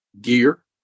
gear